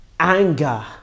Anger